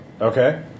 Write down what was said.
Okay